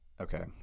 okay